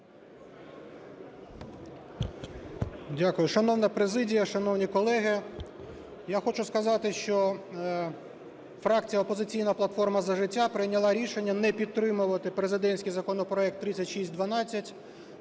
Дякую. Шановна президія, шановні колеги, я хочу сказати, що фракція "Опозиційна платформа - За життя" прийняла рішення не підтримувати президентський законопроект 3612